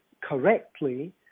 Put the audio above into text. correctly